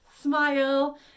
smile